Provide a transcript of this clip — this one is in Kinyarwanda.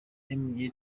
mgr